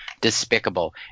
despicable